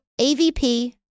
AVP